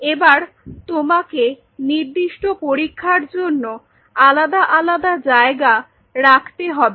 এবার তোমাকে নির্দিষ্ট পরীক্ষার জন্য আলাদা আলাদা জায়গা রাখতে হবে